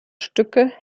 stücke